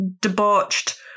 debauched